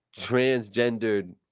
transgendered